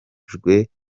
hakoreshejwe